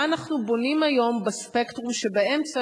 מה אנחנו בונים היום בספקטרום שבאמצע,